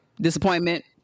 Disappointment